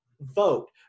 vote